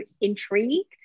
intrigued